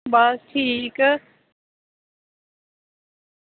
बस ठीक